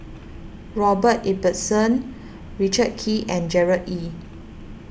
Robert Ibbetson Richard Kee and Gerard Ee